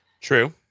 True